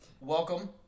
Welcome